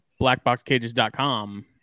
blackboxcages.com